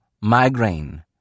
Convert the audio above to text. migraine